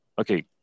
okay